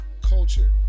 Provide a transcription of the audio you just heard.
culture